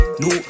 no